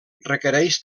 requereix